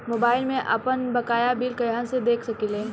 Mobile में आपनबकाया bill कहाँसे देख सकिले?